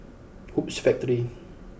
Hoops Factory